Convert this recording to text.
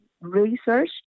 research